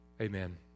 Amen